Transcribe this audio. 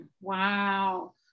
Wow